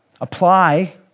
Apply